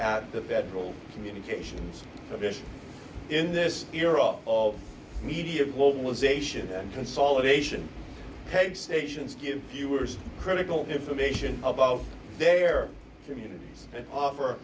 at the federal communications commission in this era of media globalization and consolidation paid stations give viewers critical information about their communities and offer